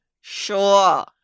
Sure